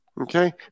Okay